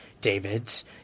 David's